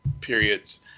periods